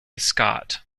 scott